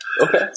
Okay